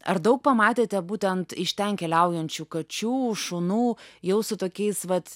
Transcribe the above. ar daug pamatėte būtent iš ten keliaujančių kačių šunų jau su tokiais vat